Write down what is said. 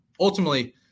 Ultimately